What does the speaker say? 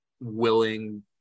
willing